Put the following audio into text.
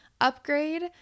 upgrade